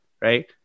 right